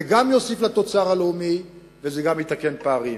זה גם יוסיף לתוצר הלאומי וזה גם יתקן פערים.